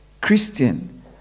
Christian